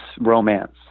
romance